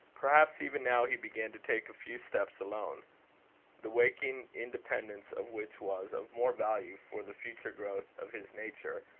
perhaps even now he began to take a few steps alone the waking independence of which was of more value for the future growth of his nature,